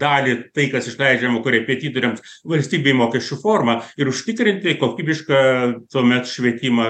dalį tai kas išleidžiama korepetitoriams valstybei mokesčių forma ir užtikrinti kokybišką tuomet švietimą